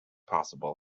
possible